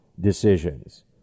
decisions